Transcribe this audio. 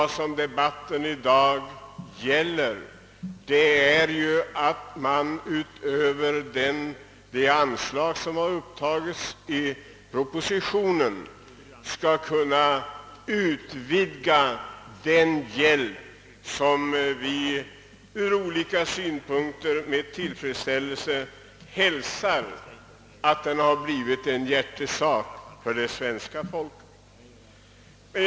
Debatten i dag gäller ju möjligheterna att utvidga hjälpverksamheten utöver vad som kan göras med det anslag som har upptagits i propositionen, Det är med tillfredsställelse vi hälsar att detta har blivit en hjärtesak för svenska folket.